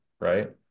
right